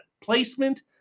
placement